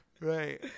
Right